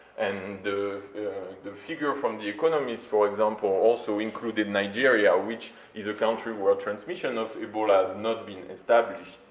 and the the figure from the economist, for example, also included nigeria, which is a country where transmission of ebola has not been established,